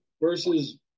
versus